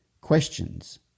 questions